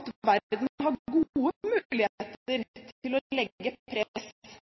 gode muligheter til å legge press